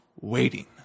waiting